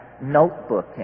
notebook